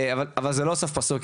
אבל זה לא סוף פסוק,